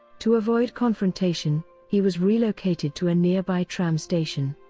to avoid confrontation, he was relocated to a nearby tram station.